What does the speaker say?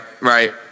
right